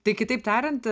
tai kitaip tariant